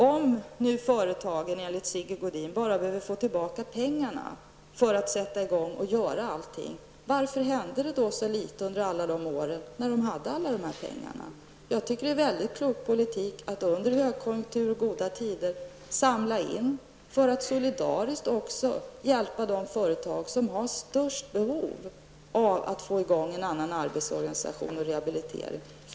Om företagen, som Sigge Godin säger, bara behöver få tillbaka pengarna för att sätta i gång med allting, varför hände det då så litet under alla år då de hade alla dessa pengar? Jag tycker att det är en väldigt klok politik att under högkonjunktur och goda tider samla in för att solidariskt hjälpa de företag som har störst behov av att få i gång en annan arbetsorganisation och en rehabilitering.